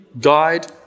guide